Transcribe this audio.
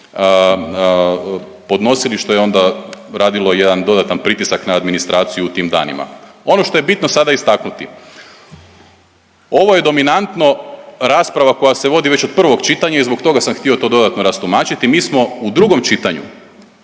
podnosili, što je onda radilo jedan dodatan pritisak na administraciju u tim danima. Ono što je bitno sada istaknuti, ovo je dominantno rasprava koja se vodi već od prvog čitanja i zbog toga sam htio to dodatno rastumačiti. Mi smo u drugom čitanju